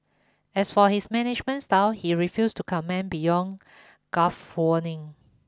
as for his management style he refuse to comment beyond gulf warning